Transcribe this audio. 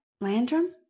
Landrum